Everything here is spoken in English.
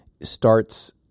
starts